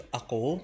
ako